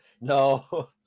no